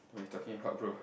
what you talking about bro